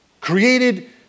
Created